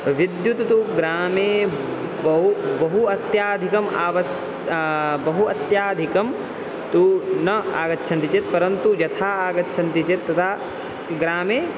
विद्युत् तु ग्रामे बहु बहु अत्यधिकम् आवस् बहु अत्यधिकं तु न आगच्छति चेत् परन्तु यथा आगच्छति चेत् तदा ग्रामे